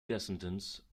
descendants